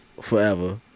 forever